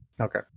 Okay